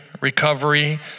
recovery